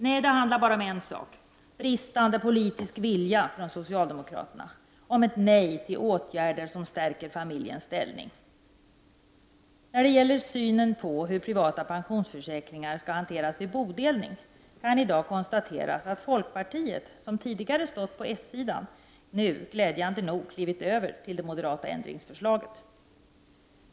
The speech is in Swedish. Nej, det handlar bara om en sak: bristande politisk vilja från socialdemokraterna och ett nej till åtgärder som stärker familjens ställning. När det gäller synen på hur privata pensionsförsäkringar skall hanteras vid bodelning kan i dag konstateras att folkpartiet, som tidigare stått på den socialdemokratiska sidan, nu, glädjande nog, klivit över till det moderata ändringsförslaget.